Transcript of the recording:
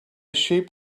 sheep